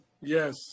Yes